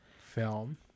film